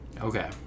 Okay